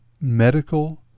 medical